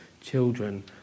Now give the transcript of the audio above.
children